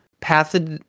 Path